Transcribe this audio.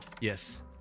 Yes